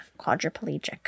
quadriplegic